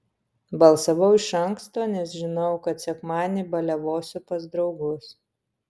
balsavau iš anksto nes žinojau kad sekmadienį baliavosiu pas draugus